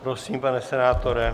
Prosím, pane senátore.